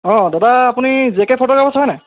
অঁ দাদা আপুনি জে কে ফটোগ্ৰাফাৰছ হয় নাই